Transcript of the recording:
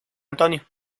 antonio